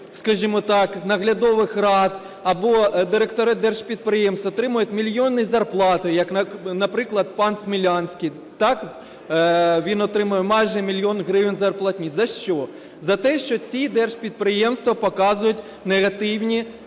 скажімо так, наглядових рад або директори держпідприємств отримують мільйонні зарплати, як наприклад пан Смілянський, він отримує майже мільйон гривень зарплатні. За що? За те, що ці держпідприємства показують негативні